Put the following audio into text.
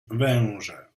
wężę